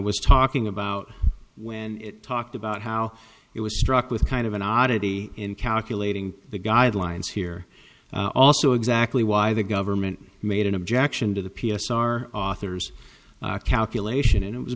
was talking about when it talked about how it was struck with kind of an oddity in calculating the guidelines here also exactly why the government made an objection to the p s r author's calculation and it was